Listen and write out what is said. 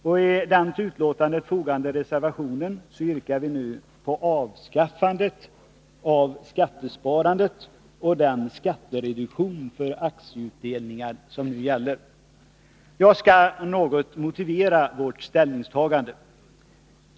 I den till betänkandet fogade reservationen yrkar vi på avskaffande av skattesparandet och den skattereduktion för aktieutdelningar som nu medges. Jag skall något motivera vårt ställningstagande.